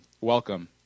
welcome